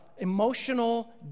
emotional